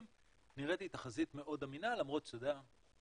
נראית לי תחזית מאוד אמינה למרות שאנחנו